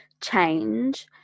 change